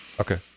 Okay